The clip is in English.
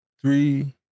Three